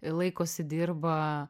laikosi dirba